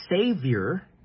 Savior